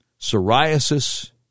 psoriasis